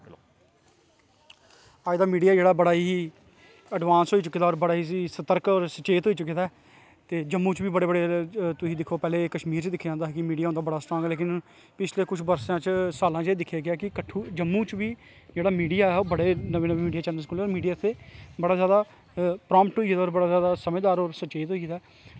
अज्ज दा मिडिया जेह्ड़ा बड़ा ही बड़ा अडबांस और बड़ा सतर्क और सचेत होई चुके दा ऐ जम्मू च बी दिक्खो पैह्लैं पैह्लैं कश्मीर च दिक्खेआ जंदा हा कि उंदा मीडिया बड़ा स्ट्रांग ऐ पर कुछ पछले सालें दा जम्मू च बी बड़े बड़े चैन्नल कोल मीडिया दे ज्यादा पराम्ट होई गेदा बड़ा जादा समझदार होई गेदा